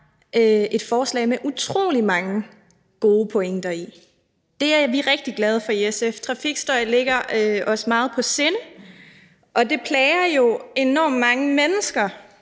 et forslag med utrolig mange gode pointer i. Det er vi rigtig glade for i SF. Trafikstøj ligger os meget på sinde, og det plager jo enormt mange mennesker,